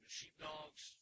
sheepdogs